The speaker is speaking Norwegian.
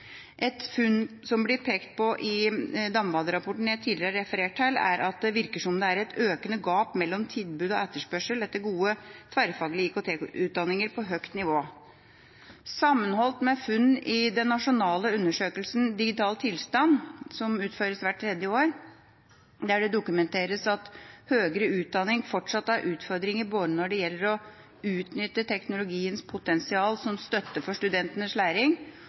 Et funn som blir pekt på i DAMVAD-rapporten som jeg tidligere har referert til, er at det virker som det er et økende gap mellom tilbud og etterspørsel etter gode tverrfaglige IKT-utdanninger på høyt nivå. Sammenholdt med funn i den nasjonale undersøkelsen Digital tilstand, som utføres hvert tredje år, der det dokumenteres at høyere utdanning fortsatt har utfordringer, både når det gjelder å utnytte teknologiens potensial som støtte for studentenes læring,